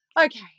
okay